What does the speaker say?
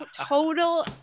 total